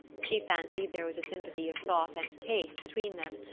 she fancied there was a sympathy of thought and taste between them,